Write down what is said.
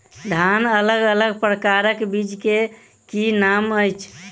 धान अलग अलग प्रकारक बीज केँ की नाम अछि?